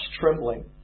trembling